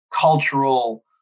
cultural